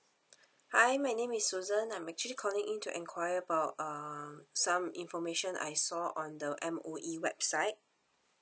hi my name is susan I'm actually calling in to enquire about um some information I saw on the M_O_E website